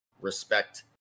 respect